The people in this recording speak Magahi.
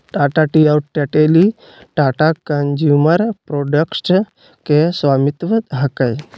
टाटा टी और टेटली टाटा कंज्यूमर प्रोडक्ट्स के स्वामित्व हकय